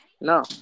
No